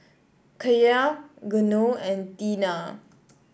Kaia Geno and Teena